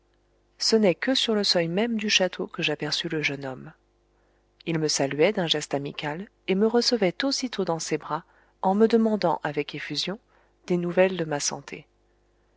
ce n'est que sur le seuil même du château que j'aperçus le jeune homme il me saluait d'un geste amical et me recevait aussitôt dans ses bras en me demandant avec effusion des nouvelles de ma santé